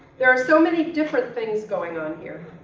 there are so many different things going on here,